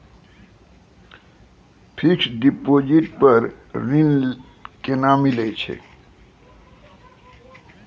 Fixed deposit पर ऋण केना मिलै छै?